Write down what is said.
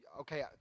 okay